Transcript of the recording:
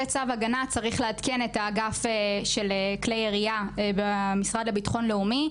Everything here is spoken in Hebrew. צו הגנה צריך לעדכן את אגף כלי ירייה במשרד לביטחון לאומי.